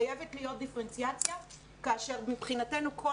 חייבת להיות דיפרנציאציה כאשר מבחינתנו כל